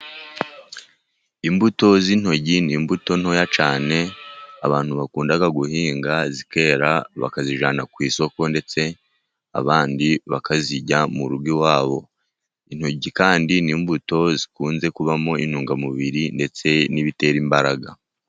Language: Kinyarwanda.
Imbuto z'intoryi ,ni imbuto ntoya cyane abantu bakunda guhinga zikera , bakazijyana ku isoko, ndetse , abandi bakazirya mu rugo iwabo. Intoryi kandi, n'imbuto zikunze kubamo intungamubiri ndetse n'ibitera imbaraga .